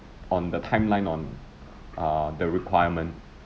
on the timeline on err the requirement